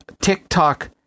TikTok